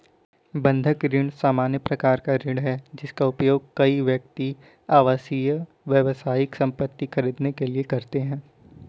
बंधक ऋण सामान्य प्रकार का ऋण है, जिसका उपयोग कई व्यक्ति आवासीय, व्यावसायिक संपत्ति खरीदने के लिए करते हैं